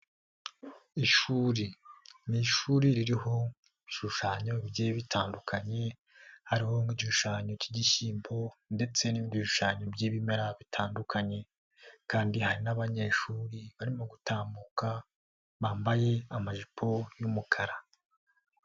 Ishuri ni ishuri ririho bishushanyo bigiye bitandukanye hariho nk'igishushanyo cy'igishyimbo ndetse n'ibindi bishushanyo by'ibimera bitandukanye kandi hari n'abanyeshuri barimo gutambuka bambaye amajipo y'umukara.